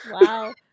Wow